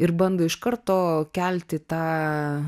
ir bando iš karto kelti tą